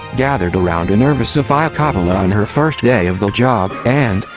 gathered around a nervous sofia coppola on her first day of the job, and,